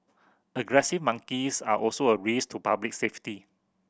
aggressive monkeys are also a risk to public safety